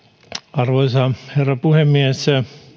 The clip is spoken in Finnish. arvoisa herra puhemies